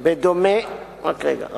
למה לא ביקשו, רק רגע.